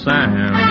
Sam